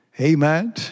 Amen